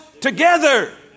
together